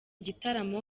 gitaramo